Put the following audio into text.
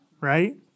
right